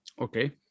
okay